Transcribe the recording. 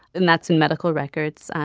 and that's in medical records.